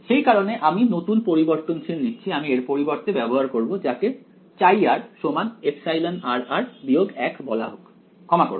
সেই কারণে একটি নতুন পরিবর্তনশীল নিচ্ছি আমি এর পরিবর্তে ব্যবহার করব যাকে χ εr 1 বলা হোক ক্ষমা করবে